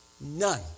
None